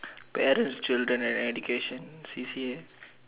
parents children and education C_C_A